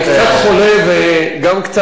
אי-אפשר להנמיך כי אני קצת חולה וגם קצת צרוד.